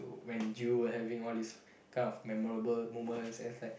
when you were having all these kind of memorable moments and is like